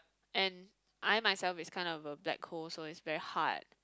and I myself is kind of a black hole so is very hard